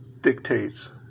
dictates